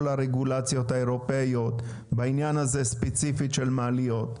הרגולציות האירופאיות בעניין הזה ספציפית של מעליות,